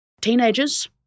teenagers